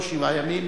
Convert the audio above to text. לא שבעה ימים,